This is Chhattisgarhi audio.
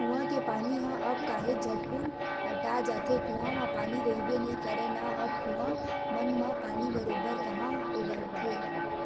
कुँआ के पानी ह अब काहेच झटकुन अटा जाथे, कुँआ म पानी रहिबे नइ करय ना अब कुँआ मन म पानी बरोबर काँहा ओगरथे